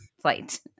flight